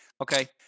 Okay